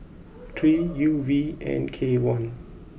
three U V N K one